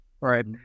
right